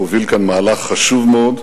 הוביל כאן מהלך חשוב מאוד,